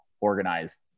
organized